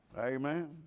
Amen